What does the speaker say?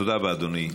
תודה רבה, אדוני.